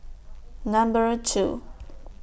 Number two